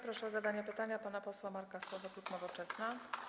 Proszę o zadanie pytania pana posła Marka Sowę, klub Nowoczesna.